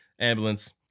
ambulance